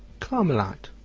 carmelite,